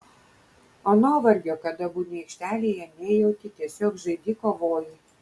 o nuovargio kada būni aikštelėje nejauti tiesiog žaidi kovoji